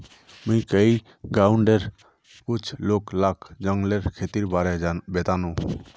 मुई कइल गांउर कुछ लोग लाक जंगलेर खेतीर बारे बतानु